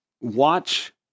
watch